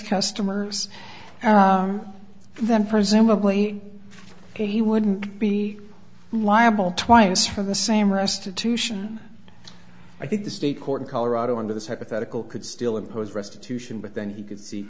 customers then presumably he wouldn't be liable twice for the same restitution i think the state court in colorado under this hypothetical could still impose restitution but then he could see